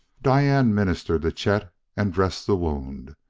diane ministered to chet and dressed the wound.